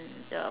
the